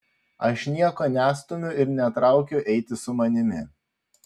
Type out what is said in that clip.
aš nieko nestumiu ir netraukiu eiti su manimi